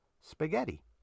spaghetti